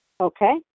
Okay